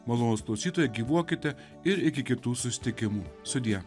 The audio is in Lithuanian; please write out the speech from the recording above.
malonūs klausytojai gyvuokite ir iki kitų susitikimų sudie